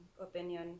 opinion